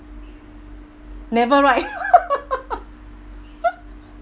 never right